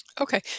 Okay